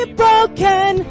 broken